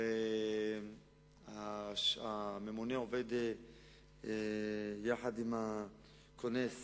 והממונה עובד יחד עם כונס